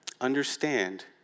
understand